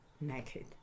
naked